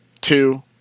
Two